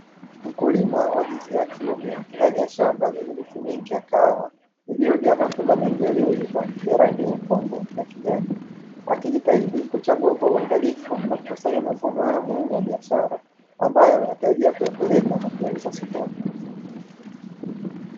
Mkulima wa jinsia ya kiume ndani ya shamba lenye miti mingi ya kahawa iliyojaa matunda mengi yaliyoiva ya rangi nyekundu na kijani, akijitahidi kuchagua kwa uangalifu na kukusanya mavuno haya muhimu ya biashara, ambayo anatarajia kuyapeleka na kuyauza sokoni.